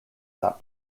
that